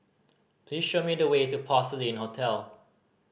please show me the way to Porcelain Hotel